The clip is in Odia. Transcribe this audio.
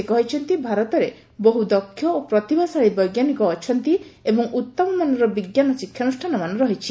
ସେ କହିଛନ୍ତି ଭାରତରେ ବହୁ ଦକ୍ଷ ଓ ପ୍ରତିଭାଶଳୀ ବୈଜ୍ଞାନିକ ରହିଛନ୍ତି ଏବଂ ଉତ୍ତମ ମାନର ବିଜ୍ଞାନ ଶିକ୍ଷାନୁଷ୍ଠାନମାନ ରହିଛି